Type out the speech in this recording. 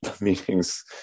meetings